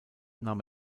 nahm